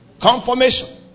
confirmation